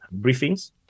briefings